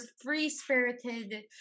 free-spirited